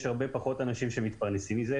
יש הרבה פחות אנשים שמתפרנסים מזה,